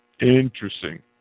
Interesting